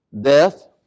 Death